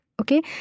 okay